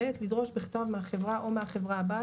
לדרוש בכתב מהחברה או מהחברה הבת,